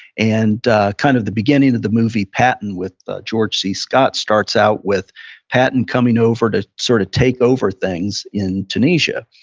and kind of the beginning of the movie patton with george c. scott starts out with patton coming over to sort of take over things in tunisia.